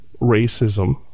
racism